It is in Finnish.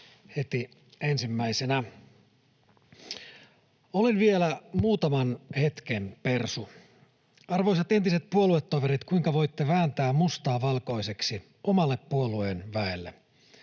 heti ensimmäisenä. ”Olen vielä muutaman hetken persu. Arvoisat entiset puoluetoverit, kuinka voitte vääntää mustaa valkoiseksi oman puolueen väelle?